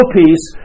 peace